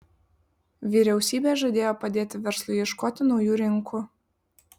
vyriausybė žadėjo padėti verslui ieškoti naujų rinkų